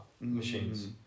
machines